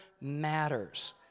matters